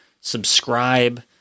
subscribe